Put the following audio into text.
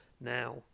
Now